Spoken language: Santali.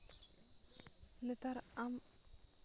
ᱱᱮᱛᱟᱨ ᱟᱢ